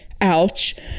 Ouch